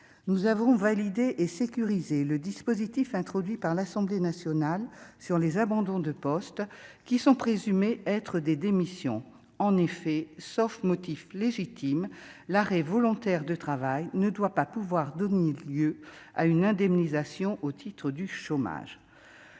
nous avons validé et sécuriser le dispositif introduit par l'Assemblée nationale. Sur les abandons de poste qui sont présumés être des démissions en effet sauf motif légitime l'arrêt volontaire de travail ne doit pas pouvoir donner lieu à une indemnisation au titre du chômage.